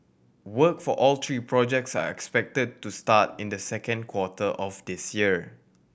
work for all three projects are expected to start in the second quarter of this year